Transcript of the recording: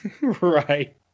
Right